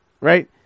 Right